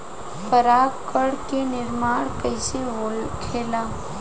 पराग कण क निर्माण कइसे होखेला?